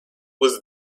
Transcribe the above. was